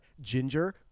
Ginger